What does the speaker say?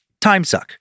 timesuck